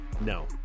No